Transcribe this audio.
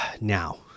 Now